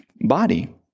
body